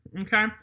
Okay